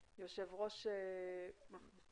יושב ראש מחב"א.